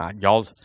Y'all